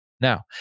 Now